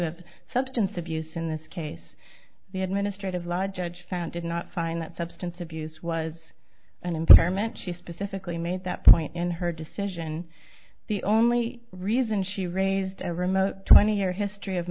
of substance abuse in this case the administrative law judge found did not find that substance abuse was an impairment she specifically made that point in her decision the only reason she raised a remote twenty year history of